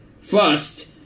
First